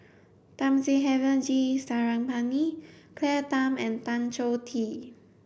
Thamizhavel G Sarangapani Claire Tham and Tan Choh Tee